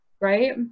right